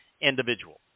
individual